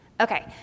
Okay